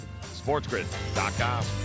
SportsGrid.com